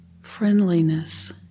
friendliness